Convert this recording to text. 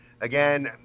Again